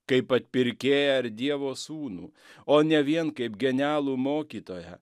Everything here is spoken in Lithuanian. kaip atpirkėją ar dievo sūnų o ne vien kaip genialų mokytoją